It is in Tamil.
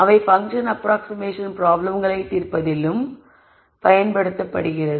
அவை பன்க்ஷன் அப்ராக்ஸ்ஷிமேஷன் பிராப்ளம்களைத் தீர்ப்பதிலும் பயன்படுத்தப்படலாம்